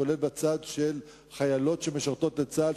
בכלל זה בצד של חיילות שמשרתות בצה"ל,